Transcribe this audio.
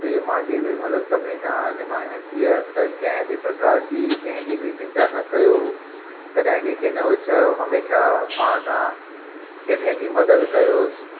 हीअ मुंहिंजी बि मतिलबु सभिनि सां निमाणी वेनती आहे त कंहिं बि प्रकार जी कंहिं जी बि निंदा न कयो कॾहिं कंहिंखे न उचायो हमेशा पाण खां हेठें जी मदद कयोसि